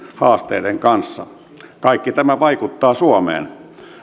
haasteiden kanssa kaikki tämä vaikuttaa suomeen